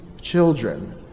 children